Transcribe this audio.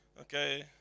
okay